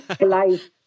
life